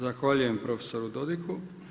Zahvaljujem profesoru Dodigu.